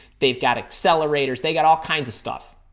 they've got accelerators. they got all kinds of stuff.